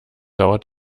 dauert